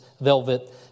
velvet